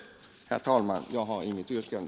Herr talman! Jag har inget yrkande.